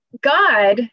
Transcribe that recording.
God